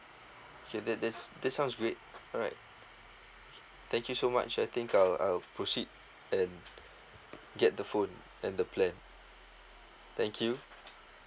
okay that that that sounds great alright thank you so much I think I'll I'll proceed and get the phone and the plan thank you